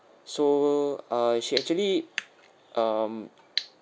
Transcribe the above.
so uh she actually um